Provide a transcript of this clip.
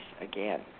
again